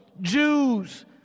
Jews